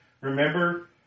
Remember